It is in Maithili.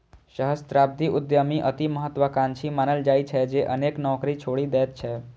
सहस्राब्दी उद्यमी अति महात्वाकांक्षी मानल जाइ छै, जे अनेक नौकरी छोड़ि दैत छै